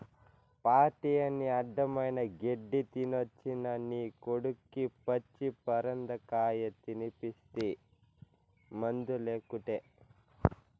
party అని అడ్డమైన గెడ్డీ తినేసొచ్చిన నీ కొడుక్కి పచ్చి పరిందకాయ తినిపిస్తీ మందులేకుటే